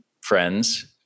friends